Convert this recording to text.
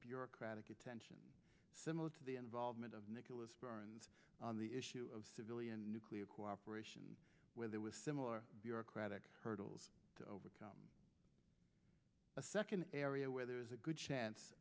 bureaucratic attention similar to the involvement of nicholas burns on the issue of civilian nuclear cooperation where there was similar bureaucratic hurdles to overcome a second area where there was a good chance